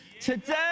today